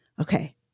okay